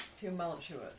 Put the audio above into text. Tumultuous